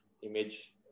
Image